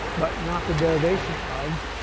but not the derivation of.